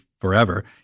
forever